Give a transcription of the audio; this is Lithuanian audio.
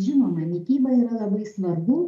žinoma mityba yra labai svarbu